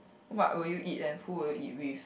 what would you eat and who will you eat with